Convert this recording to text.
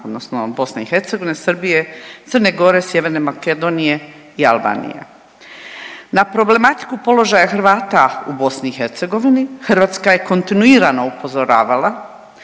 odnosno BiH, Srbije, Crne Gore, Sjeverne Makedonije i Albanije. Na problematiku položaja Hrvata u BiH Hrvatska je kontinuirano upozoravala.